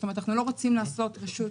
טבריה,